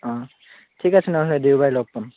অঁ ঠিক আছে নহ'লে দেওবাৰে লগ পাম